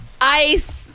ice